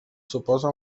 suposa